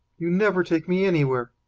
you never take me anywhere.